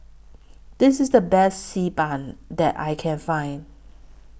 This IS The Best Xi Ban that I Can Find